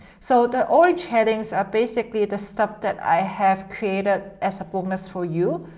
so the orange headings are basically the stuff that i have created as a bonus for you.